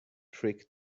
trick